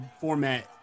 format